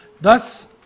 thus